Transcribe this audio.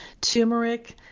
turmeric